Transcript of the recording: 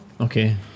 Okay